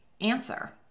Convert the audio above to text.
answer